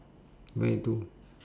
where to